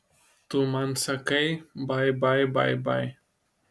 tu man sakai bai bai bai bai